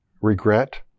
regret